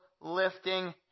lifting